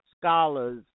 scholars